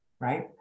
right